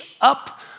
up